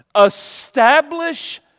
establish